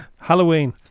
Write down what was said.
Halloween